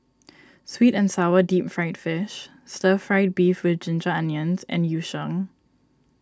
Sweet and Sour Deep Fried Fish Stir Fried Beef with Ginger Onions and Yu Sheng